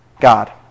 God